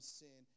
sin